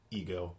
ego